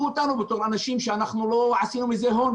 אותנו בתור אנשים שאנחנו לא עשינו מזה הון,